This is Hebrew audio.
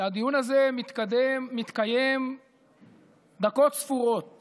שהדיון הזה מתקיים דקות ספורות